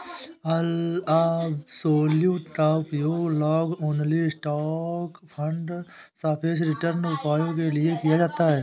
absolute का उपयोग long only stock fund सापेक्ष रिटर्न उपायों के लिए किया जाता है